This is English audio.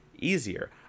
easier